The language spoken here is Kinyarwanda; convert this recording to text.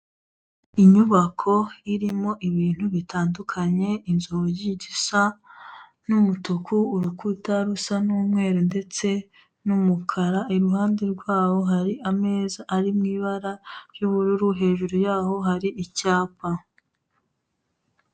Inyubako irimo ibintu bitandukanye. Inzugi zisa n'umutuku, urukuta rusa n'umweru ndetse n'umukara, iruhande rwaho hari ameza ari mu ibara ry'ubururu, hejuru yaho hari icyapa.